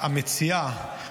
המציעה,